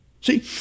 See